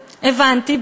הבנתי,